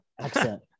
accent